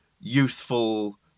youthful